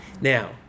Now